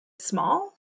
small